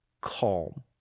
calm